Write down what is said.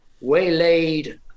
waylaid